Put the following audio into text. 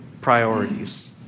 priorities